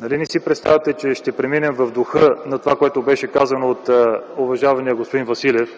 Нали не си представяте, че ще преминем в духа на това, което беше казано от уважаeмия господин Василев,